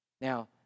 Now